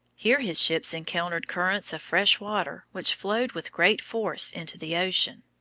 here his ships encountered currents of fresh water which flowed with great force into the ocean.